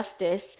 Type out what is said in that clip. justice